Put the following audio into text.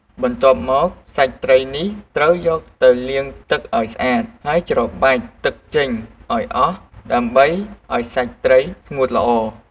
បន្ទាប់មក សាច់ត្រីនេះត្រូវយកទៅលាងទឹកឱ្យស្អាត ហើយច្របាច់ទឹកចេញឱ្យអស់ ដើម្បីឱ្យសាច់ត្រីស្ងួតល្អ។